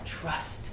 trust